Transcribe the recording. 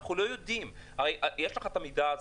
הרי יש לך את המידע הזה,